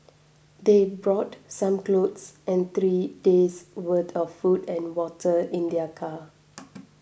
they brought some clothes and three days worth of food and water in their car